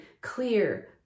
clear